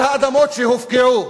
על האדמות שהופקעו,